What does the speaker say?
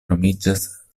nomiĝas